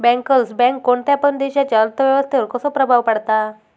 Bankers bank कोणत्या पण देशाच्या अर्थ व्यवस्थेवर कसो प्रभाव पाडता?